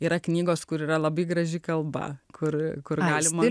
yra knygos kur yra labai graži kalba kur kuravimui